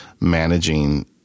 managing